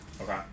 Okay